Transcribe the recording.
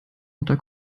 unter